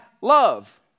love